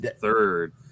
third